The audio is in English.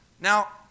Now